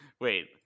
wait